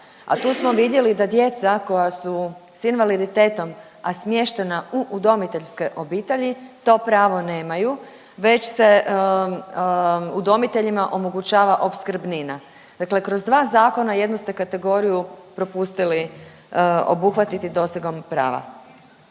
a tu smo vidjeli da djeca koja su s invaliditetom, a smještena u udomiteljske obitelji to pravo nemaju već se udomiteljima omogućava opskrbnina. Dakle, kroz dva zakona jednu ste kategoriju propustili obuhvatiti dosegom prava.